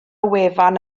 wefan